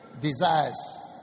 desires